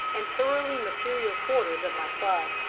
and thoroughly material quarters of my club.